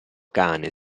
cane